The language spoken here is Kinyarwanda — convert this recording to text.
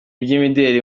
by’imideli